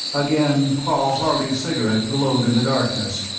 again paul harley's cigarette glowed in the darkness.